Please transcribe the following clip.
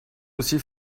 aussi